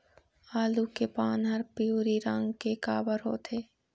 आलू के पान हर पिवरी रंग के काबर होथे?